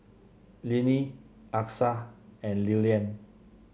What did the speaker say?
Linnie Achsah and Lilyan